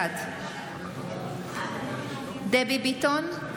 בעד דבי ביטון,